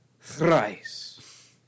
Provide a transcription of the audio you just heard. Thrice